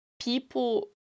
people